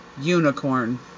unicorn